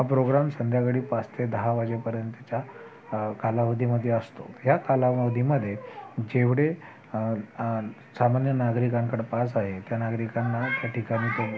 हा प्रोग्राम संध्याकाळी पाच ते दहा वाजेपर्यंतच्या कालावधीमध्ये असतो ह्या कालावधीमध्ये जेवढे सामान्य नागरिकांकडं पास आहे त्या नागरिकांना त्याठिकाणी